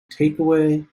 takeaway